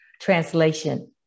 translation